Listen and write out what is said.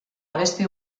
abesti